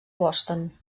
boston